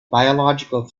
biological